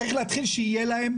צריך להתחיל שיהיה להם.